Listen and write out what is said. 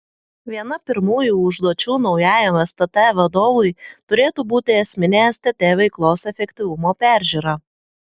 viena pirmųjų užduočių naujajam stt vadovui turėtų būti esminė stt veiklos efektyvumo peržiūra